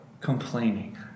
complaining